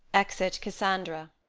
exit cassandra